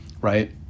right